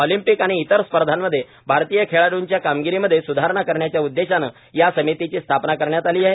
Olympic आणि इतर स्पर्धांमध्ये भारतीय खेळाडूंच्या कामगिरीमध्ये सुधारणा करण्याच्या उददेशानं या समितीची स्थापना करण्यात आली आहे